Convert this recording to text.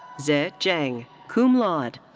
ze zheng, cum laude.